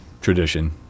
tradition